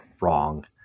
wrong